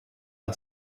par